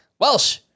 Welsh